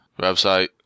Website